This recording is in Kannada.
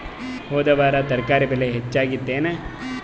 ಹೊದ ವಾರ ತರಕಾರಿ ಬೆಲೆ ಹೆಚ್ಚಾಗಿತ್ತೇನ?